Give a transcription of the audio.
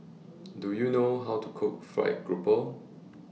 Do YOU know How to Cook Fried Grouper